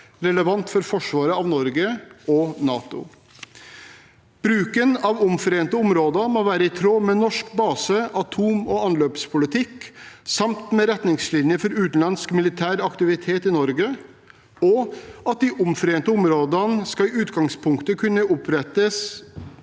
relevant for forsvaret av Norge og NATO. Bruken av omforente områder må være i tråd med norsk base-, atom- og anløpspolitikk samt retningslinjer for utenlandsk militær aktivitet i Norge, og de omforente områdene skal kun kunne opprettes